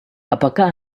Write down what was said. apakah